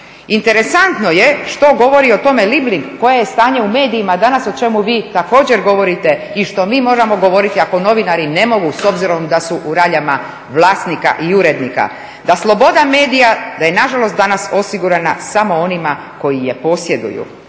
Interesantno je što govori o tome …, koje je stanje u medijima, danas o čemu vi također govorite i što mi moramo govoriti ako novinari ne mogu s obzirom da su u raljama vlasnika i urednika. Da sloboda medija, da je nažalost danas osigurana samo onima koji je posjeduju.